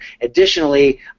additionally